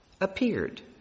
appeared